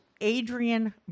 Adrian